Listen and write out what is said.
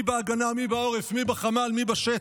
מי בהגנה, מי בעורף, מי בחמ"ל, מי בשטח.